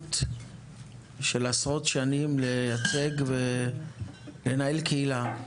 שליחות של עשרות שנים, לייצג ולנהל קהילה.